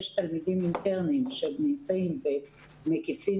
יש תלמידים אינטרניים שנמצאים במקיפים